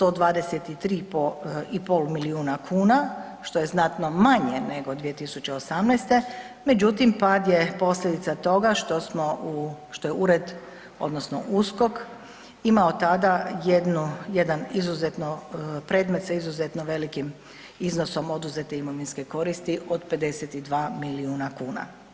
123 i pol milijuna kuna, što je znatno manje nego 2018., međutim, pad je posljedica toga što je ured, odnosno USKOK imao tada jedan izuzetno predmet sa izuzetno velikim iznosom oduzete imovinske koristi od 52 milijuna kuna.